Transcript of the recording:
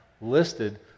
listed